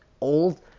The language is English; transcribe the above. old